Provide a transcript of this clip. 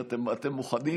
אתם מוכנים?